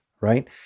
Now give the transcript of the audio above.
right